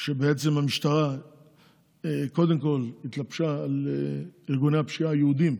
היא שבעצם המשטרה קודם כול התלבשה על ארגוני הפשיעה היהודיים,